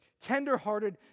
tenderhearted